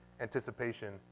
anticipation